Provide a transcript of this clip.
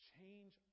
change